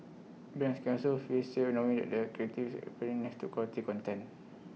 brands can also feel safe knowing that their creatives are appearing next to quality content